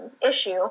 issue